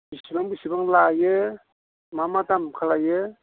बिसिबां बिसिबां लायो मा मा दाम खालायो